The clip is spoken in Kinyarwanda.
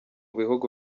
bihugu